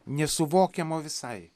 nesuvokiamo visai